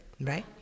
right